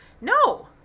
No